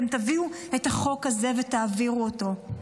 אתם תביאו את החוק הזה ותעבירו אותו.